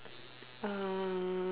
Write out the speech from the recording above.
um